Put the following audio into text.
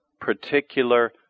particular